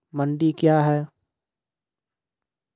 मंडी क्या हैं?